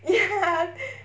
ya